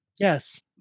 Yes